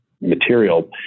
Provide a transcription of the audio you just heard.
material